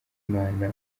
imana